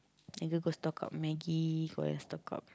then need to stock up Maggi go and stock up